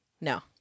No